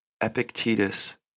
Epictetus